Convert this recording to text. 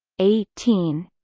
eighteen